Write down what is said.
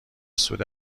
سود